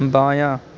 بایاں